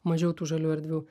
mažiau tų žalių erdvių